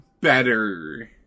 better